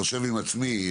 אני חושב עם עצמי: